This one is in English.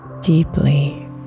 Deeply